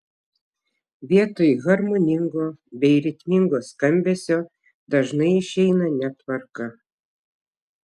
vietoj harmoningo bei ritmingo skambesio dažnai išeina netvarka